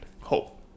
Hope